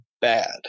bad